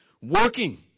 Working